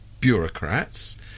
bureaucrats